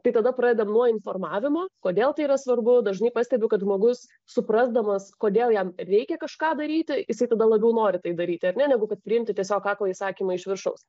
tai tada pradedam nuo informavimo kodėl tai yra svarbu dažnai pastebiu kad žmogus suprasdamas kodėl jam reikia kažką daryti jisai tada labiau nori tai daryti ar ne negu kad priimti tiesiog aklą įsakymą iš viršaus